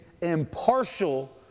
impartial